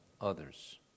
others